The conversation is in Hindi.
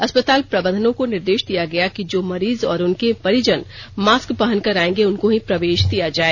अस्पताल प्रबंधनों को निर्देष दिया गया कि जो मरीज और उनके परिजन मास्क पहन कर आएंगे उनको ही प्रवेष दिया जाए